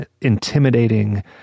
intimidating